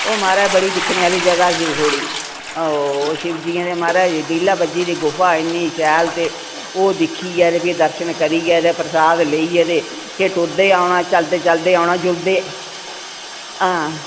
ओह् महाराज बड़ी दिक्खने आह्ली जगह् शिवखोड़ी आओ शिवजियें दे महाराज लीला बज्जी दी गुफा इ'न्नी शैल ते ओह् दिक्खियै ते फ्ही दर्शन करियै ते प्रशाद लेइयै ते फेर टुरदे औना चलदे चलदे औना जुलदे हां